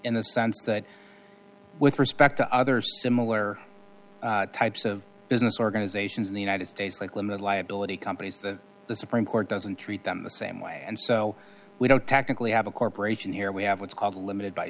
in the sense that with respect to other similar types of business organizations in the united states like limit liability companies that the supreme court doesn't treat them the same way and so we don't technically have a corporation here we have what's called a limited by